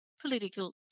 political